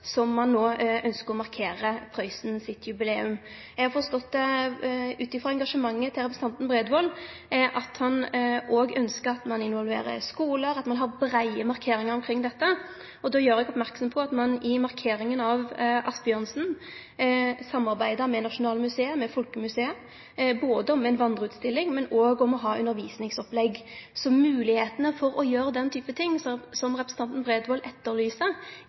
som ein no ønskjer å markere Prøysens jubileum. Eg har forstått ut frå engasjementet til representanten Bredvold at han òg ønskjer at ein involverer skular, at ein har breie markeringar omkring dette. Då gjer eg oppmerksam på at ein ved markeringa av Asbjørnsen samarbeidde med Najonalmuseet og Folkemuseet, både om ei vandreutstilling og om undervisningsopplegg. Så moglegheita for å gjere slike ting som representanten Bredvold etterlyser,